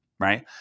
Right